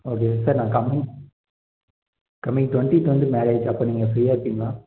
okay sir coming coming twentieth வந்து marriage அப்போ நீங்கள் ஃப்ரீயாக இருப்பீங்களா